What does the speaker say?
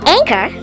Anchor